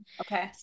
Okay